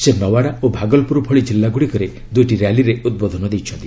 ସେ ନୱାଡ଼ା ଓ ଭାଗଲ୍ପୁର ଭଳି ଜିଲ୍ଲାଗୁଡ଼ିକରେ ଦୁଇଟି ର୍ୟାଲିରେ ଉଦ୍ବୋଧନ ଦେଇଛନ୍ତି